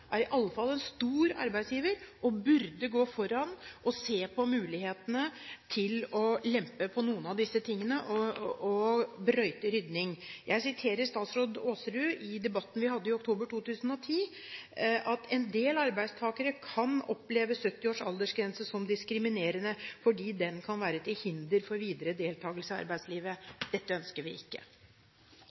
er i alle fall en stor arbeidsgiver og burde gå foran og se på mulighetene til å lempe på noe av dette og brøyte rydning. Jeg siterer statsråd Aasrud fra debatten vi hadde i oktober 2010: «En del arbeidstakere kan oppleve 70-års aldersgrense som diskriminerende, fordi den kan være til hinder for videre deltakelse i arbeidslivet.» Dette ønsker vi ikke.